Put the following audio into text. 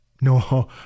No